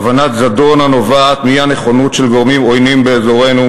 כוונת זדון הנובעת מאי-נכונות של גורמים עוינים באזורנו